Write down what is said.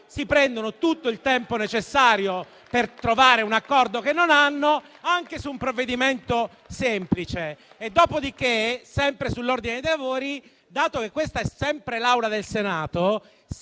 si prende tutto il tempo necessario per trovare un accordo, che non hanno anche su un provvedimento semplice. Dopodiché, sempre sull'ordine dei lavori, dato che questa è sempre l'Aula del Senato,